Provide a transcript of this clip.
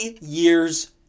years